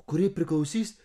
kuri priklausys